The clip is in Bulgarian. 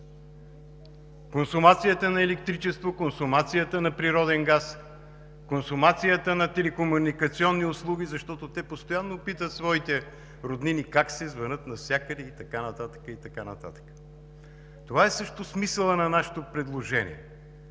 консумацията на електричество, консумацията на природен газ, консумацията на телекомуникационни услуги, защото те постоянно питат своите роднини как са, звънят навсякъде и така нататък, и така нататък. Това е също смисълът на нашето предложение